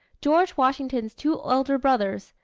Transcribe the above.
george washington's two elder brothers,